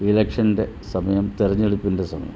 ഇലക്ഷൻ്റെ സമയം തെരഞ്ഞെടുപ്പിൻ്റെ സമയം